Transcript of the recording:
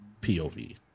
POV